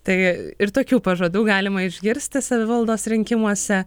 tai ir tokių pažadų galima išgirsti savivaldos rinkimuose